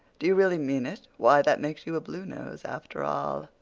do you really mean it? why, that makes you a bluenose after all.